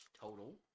total